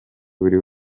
buri